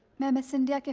miss india.